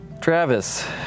Travis